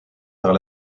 vers